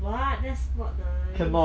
what that's not nice